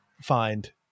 find